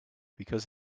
because